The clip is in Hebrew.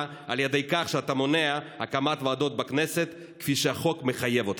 על ידי כך שאתה מונע הקמת ועדות בכנסת כפי שהחוק מחייב אותך.